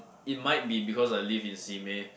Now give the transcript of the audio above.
it might be because I live in Simei